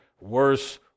worse